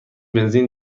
بنزین